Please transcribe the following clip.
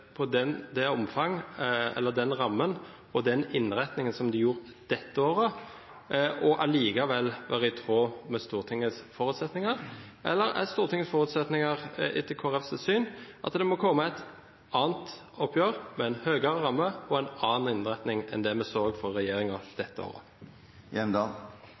med den rammen og den innretningen som de leverte dette året, og allikevel handle i tråd med Stortingets forutsetninger, eller er Stortingets forutsetninger – etter Kristelig Folkepartis syn – at det må komme et annet oppgjør, med en høyere ramme og en annen innretning enn det vi